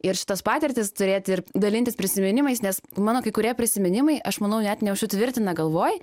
ir šitas patirtis turėti ir dalintis prisiminimais nes mano kai kurie prisiminimai aš manau net neužsitvirtina galvoj